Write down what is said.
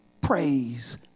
praise